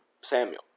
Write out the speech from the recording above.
Samuel